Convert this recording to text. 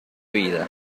vida